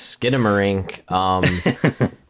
Skidamarink